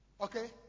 Okay